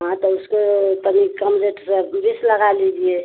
हाँ तो उसके तनिक कम रेट से बीस लगा लीजिए